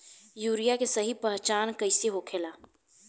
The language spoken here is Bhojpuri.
यूरिया के सही पहचान कईसे होखेला?